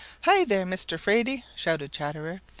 hi there, mr. fraidy! shouted chatterer,